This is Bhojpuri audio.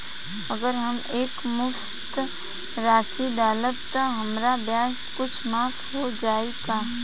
अगर हम एक मुस्त राशी डालब त हमार ब्याज कुछ माफ हो जायी का?